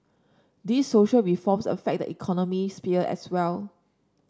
these social reforms affect the economic sphere as well